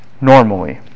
Normally